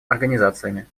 организациями